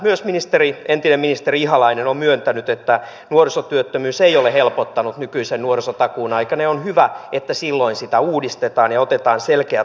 myös entinen ministeri ihalainen on myöntänyt että nuorisotyöttömyys ei ole helpottanut nykyisen nuorisotakuun aikana ja on hyvä että silloin sitä uudistetaan ja otetaan selkeät vastuuhenkilöt sinne